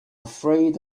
afraid